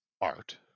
art